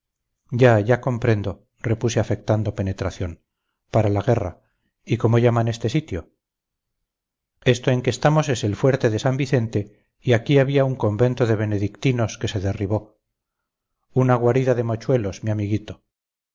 ya ya comprendo repuse afectando penetración para la guerra y cómo llaman este sitio esto en que estamos es el fuerte de san vicente y aquí había un convento de benedictinos que se derribó una guarida de mochuelos mi amiguito